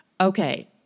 okay